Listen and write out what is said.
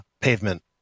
Pavement